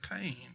pain